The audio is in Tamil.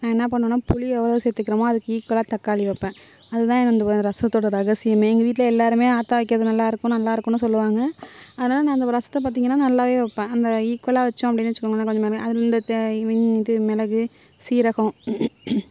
நான் என்ன பண்ணுவேன்னால் புளியை எவ்வளோ சேர்த்துக்குறோமோ அதுக்கு ஈக்குவலாக தக்காளி வைப்பேன் அதுதான் என் ரசத்தோட ரகசியமே எங்கள் வீட்டில் எல்லாேருமே ஆத்தா வைக்கிறது நல்லாயிருக்கும் நல்லாயிருக்குமெனு சொல்லுவாங்க அதனால் நான் அந்த ரசத்தை பார்த்திங்கனா நல்லாவே வைப்பேன் அந்த ஈக்குவலாக வைச்சோம் அப்படினு வைச்சிகோங்களேன் கொஞ்சம் மிளகு அந்த இது மிளகு சீரகம்